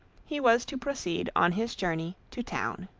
he was to proceed on his journey to town.